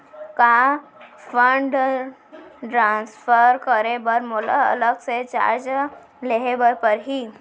का fund transfer करे बर मोला अलग से चार्ज देहे बर परही?